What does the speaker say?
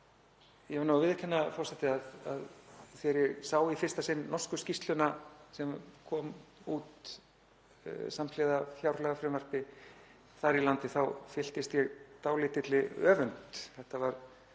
Ég verð að viðurkenna að þegar ég sá í fyrsta sinn norsku skýrsluna sem kom út samhliða fjárlagafrumvarpi þar í landi þá fylltist ég dálítilli öfund. Þetta var